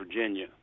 Virginia